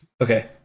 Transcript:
Okay